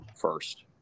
first